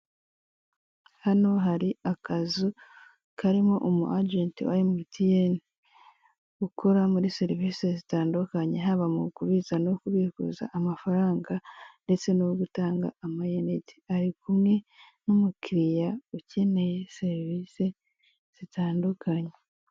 hano hari akazu karimo umu ajenti wa emutiyeni ukora muri serivisi zitandukanye, haba mu kubitsa no kubikuza amafaranga, ndetse no gutanga amayinite ari kumwe n'umukiriya ukeneye serivisi zitandukanye.